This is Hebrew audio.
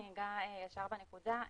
אני אגע ישר בנקודה,